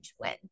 win